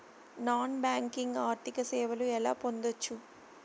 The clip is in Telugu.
నాన్ బ్యాంకింగ్ ఆర్థిక సేవలు ఎలా పొందొచ్చు?